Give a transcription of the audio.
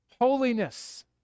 holiness